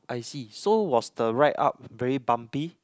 I see so was the ride up very bumpy